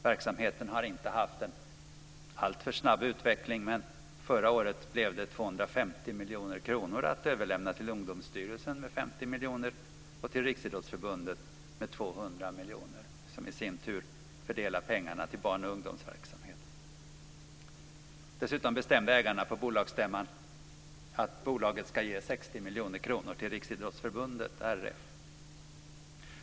Verksamheten har inte haft en alltför snabb utveckling, men förra året blev det 250 miljoner kronor att överlämna, till Ungdomsstyrelsen 50 miljoner och till Riksidrottsförbundet 200 miljoner, som i sin tur fördelar pengarna till barn och ungdomsverksamhet. Dessutom bestämde ägarna på bolagsstämman att bolaget ska ge 60 miljoner kronor till Riksidrottsförbundet, RF.